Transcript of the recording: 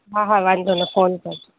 हा हा वांदो न फ़ोन कयो